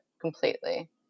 completely